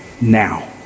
Now